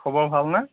খবৰ ভালনে